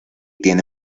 tiene